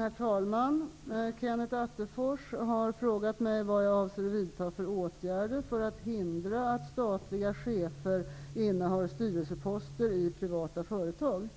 Herr talman! Kenneth Attefors har frågat mig vad jag avser vidta för åtgärder för att hindra att statliga chefer innehar styrelseposter i privata företag.